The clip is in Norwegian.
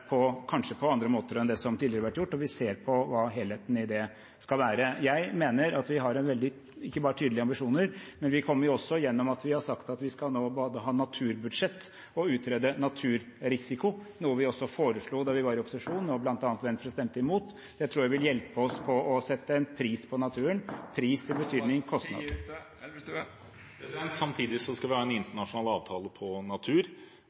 på kanskje andre måter enn det som tidligere har vært gjort, og vi ser på hva helheten i det skal være. Jeg mener at vi ikke bare har tydelige ambisjoner, men vi har også sagt at vi skal både ha et naturbudsjett og utrede naturrisiko, noe vi også foreslo da vi var i opposisjon, og som bl.a. Venstre stemte imot. Det tror jeg vil hjelpe oss til å sette en pris på naturen, pris i betydningen kostnad. Samtidig skal vi ha en internasjonal avtale om natur.